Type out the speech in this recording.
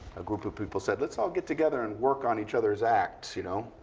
a group of people said, let's all get together and work on each other's act, you know.